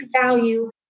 value